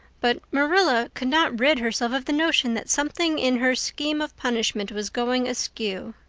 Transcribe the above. but marilla could not rid herself of the notion that something in her scheme of punishment was going askew.